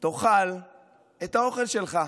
תאכל את האוכל שלך.